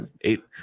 eight